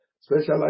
specialized